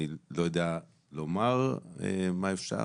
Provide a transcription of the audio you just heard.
אני לא יודע מה לומר על מה אפשר,